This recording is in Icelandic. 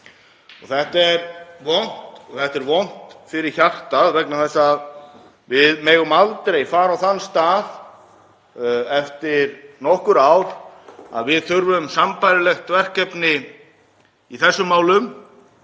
þetta er vont fyrir hjartað vegna þess að við megum aldrei fara á þann stað eftir nokkur ár að við þurfum sambærilegt verkefni í þessum málum